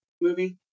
movie